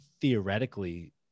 theoretically